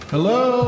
Hello